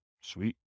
Sweet